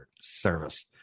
service